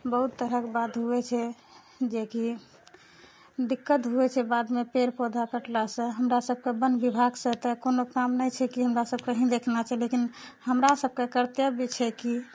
बहुत तरहक बात हुवै छै जेकि दिक्कत होइ छै बादमे पेड़ पौधा कटलासँ हमरा सबके तऽ वन विभागसँ कोनो काम नहि छै कि हमरा सभकेँ ही देखना छै लेकिन हमरा सभकेँ कर्तव्य छै कि